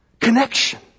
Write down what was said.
Connection